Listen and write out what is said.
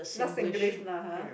not Singlish lah ha